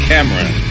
Cameron